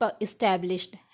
established